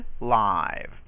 live